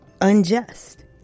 unjust